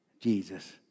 Jesus